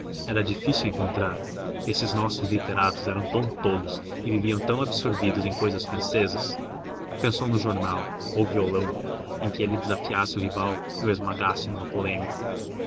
era difícil encontrar esses nossos literatos eram tão tolos e viviam tão absorvidos em cousas francesas pensou num jornal o violão em que ele desafiasse o rival e o esmagasse numa polêmica